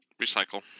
recycle